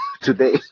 today